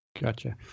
Gotcha